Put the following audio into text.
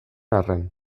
arren